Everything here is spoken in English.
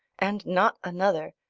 and not another,